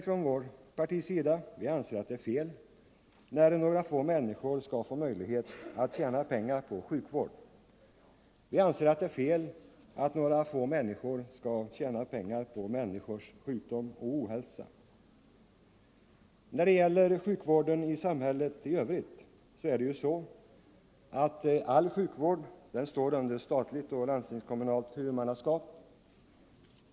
Från vårt partis sida anser vi det vara fel att några få människor skall ha möjlighet att tjäna pengar på sjukvård, på människors sjukdom och ohälsa. All sjukvård i samhället i övrigt står under statligt och landstingskommunalt huvudmannaskap.